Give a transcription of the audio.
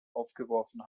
aufgeworfen